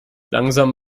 langsam